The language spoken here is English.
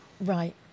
right